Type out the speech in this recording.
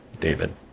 David